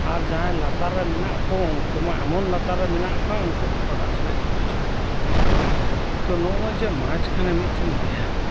ᱟᱨ ᱡᱟᱦᱟᱸᱭ ᱞᱟᱛᱟᱨ ᱨᱮ ᱢᱮᱱᱟᱜ ᱠᱩ ᱩᱱᱠᱩᱢᱟ ᱮᱢᱚᱱ ᱞᱟᱛᱟᱨ ᱨᱮ ᱢᱮᱱᱟᱜ ᱠᱚᱣᱟ ᱩᱱᱠᱩᱢᱟ ᱯᱟᱲᱦᱟᱜ ᱥᱟᱞᱮᱜ ᱡᱚᱜᱟ ᱡᱚᱜ ᱜᱤ ᱵᱟᱝ ᱛᱚ ᱱᱚᱜᱚᱭ ᱡᱮ ᱢᱟᱡᱽᱠᱷᱟᱱᱮ ᱢᱤᱫᱴᱮᱱ ᱜᱮᱯ